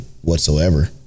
whatsoever